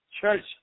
church